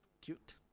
cute